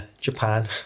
Japan